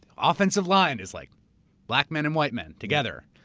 offensive line is like black men and white men together.